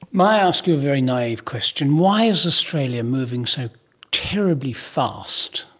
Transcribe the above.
may i ask you a very naive question? why is australia moving so terribly fast?